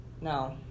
No